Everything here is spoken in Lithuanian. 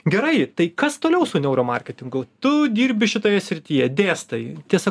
gerai tai kas toliau su neuro marketingu tu dirbi šitoje srityje dėstai tiesa